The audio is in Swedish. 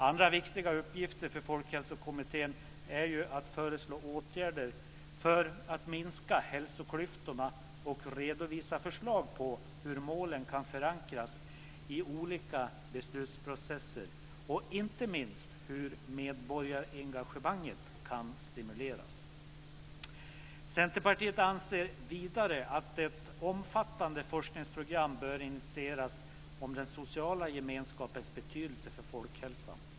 Andra viktiga uppgifter för Folkhälsokommittén är att föreslå åtgärder för att minska hälsoklyftorna och redovisa förslag på hur målen kan förankras i olika beslutsprocesser och inte minst hur medborgarengagemanget kan stimuleras. Centerpartiet anser vidare att ett omfattande forskningsprogram bör initieras om den sociala gemenskapens betydelse för folkhälsan.